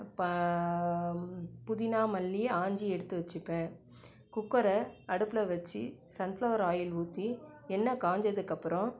ப புதினா மல்லி ஆஞ்சு எடுத்து வச்சிப்பேன் குக்கரை அடுப்பில் வச்சு சன்ஃப்ளவர் ஆயில் ஊற்றி எண்ணய் காஞ்சதுக்கப்புறம்